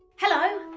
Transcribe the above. hello,